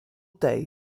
day